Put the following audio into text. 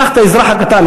קח את האזרח הקטן,